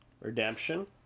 Redemption